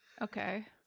Okay